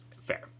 Fair